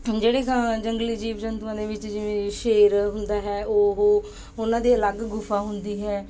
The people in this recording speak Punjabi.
ਜਿਹੜੀ ਗਾਂ ਜੰਗਲੀ ਜੀਵ ਜੰਤੂਆਂ ਦੇ ਵਿੱਚ ਜਿਵੇਂ ਸ਼ੇਰ ਹੁੰਦਾ ਹੈ ਉਹ ਉਹਨਾਂ ਦੀ ਅਲੱਗ ਗੁਫਾ ਹੁੰਦੀ ਹੈ